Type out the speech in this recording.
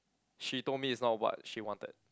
she told me it's not what she wanted